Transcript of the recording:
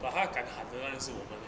but 他敢喊嗯是我们 leh